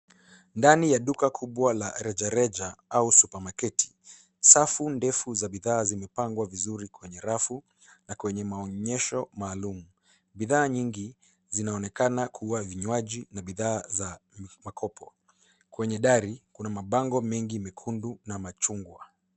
Ndani ya duka kubwa la rejareja au supermarket , safu ndefu za bidhaa zimepangwa vizuri kwenye rafu na kwenye maonyesho maalumu. Bidhaa nyingi zinaonekana kuwa vinywaji na bidhaa za makopo. Kwenye dari kuna mabango mingi mekundu na machungwa.